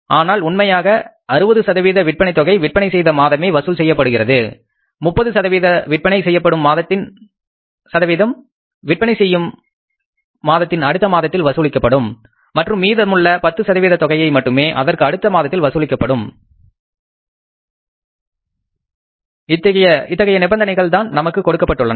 ஆனால் உண்மையாக 60 சதவீத விற்பனை தொகை விற்பனை செய்த மாதமே வசூல் செய்யப்படுகிறது 30 சதவீத தொகை விற்பனை செய்யப்படும் மாதத்தின் அடுத்த மாதத்தில் வசூலிக்கப்படும் மற்றும் மீதமுள்ள 10 சதவீத தொகையை மட்டுமே அதற்கு அடுத்த மாதத்தில் வசூலிக்கப்படும் இத்தகைய நிபந்தனைகள் தான் நமக்கு கொடுக்கப்பட்டுள்ளன